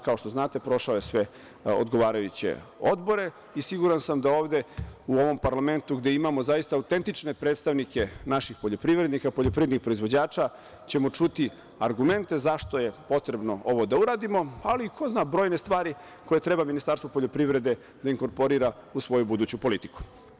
Kao što znate, prošao je sve odgovarajuće odbore i siguran sam da ovde u ovom parlamentu gde imamo zaista autentične predstavnike naših poljoprivrednika, poljoprivrednih proizvođača, ćemo čuti argumente zašto je potrebno ovo da uradimo, ali, ko zna, brojne stvari koje treba Ministarstvo poljoprivrede da inkorporira u svoju buduću politiku.